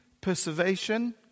preservation